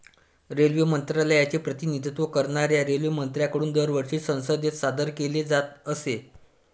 railway मंत्रालयाचे प्रतिनिधित्व करणाऱ्या रेल्वेमंत्र्यांकडून दरवर्षी संसदेत सादर केले जात असे